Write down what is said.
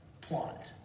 plot